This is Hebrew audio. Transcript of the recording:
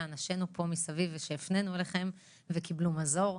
אנשינו פה מסביב ושהפנינו אליכם וקיבלו מזור.